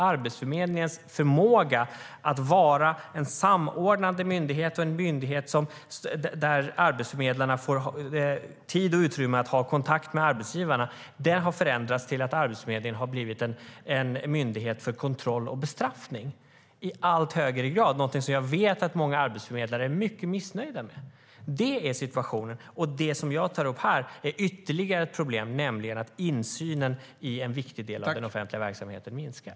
Arbetsförmedlingens förmåga att vara en samordnande myndighet där arbetsförmedlarna får tid och utrymme att hålla kontakt med arbetsgivarna har förändrats till att Arbetsförmedlingen i allt högre grad har blivit en myndighet för kontroll och bestraffning. Det är något som jag vet att många arbetsförmedlare är mycket missnöjda med. Det är situationen. Det jag tar upp här är ytterligare ett problem, nämligen att insynen i en viktig del av den offentliga verksamheten minskar.